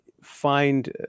find